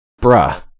Bruh